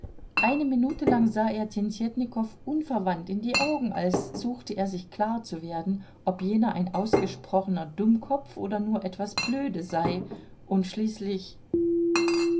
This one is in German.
eine minute lang sah er tjentjetnikow unverwandt in die augen als suchte er sich klar zu werden ob jener ein ausgesprochener dummkopf oder nur etwas blöde sei und schließlich